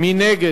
מי נגד?